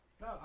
No